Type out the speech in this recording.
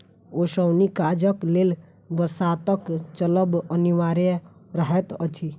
ओसौनी काजक लेल बसातक चलब अनिवार्य रहैत अछि